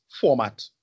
format